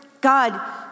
God